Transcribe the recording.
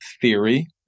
theory